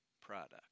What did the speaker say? product